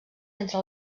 entre